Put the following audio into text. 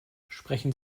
sprechen